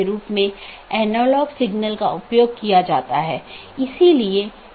इसलिए जब ऐसी स्थिति का पता चलता है तो अधिसूचना संदेश पड़ोसी को भेज दिया जाता है